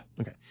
Okay